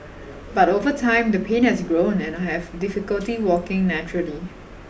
but over time the pain has grown and I have difficulty walking naturally